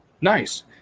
Nice